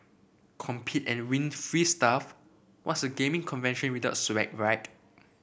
compete and win free stuff what's a gaming convention without swag right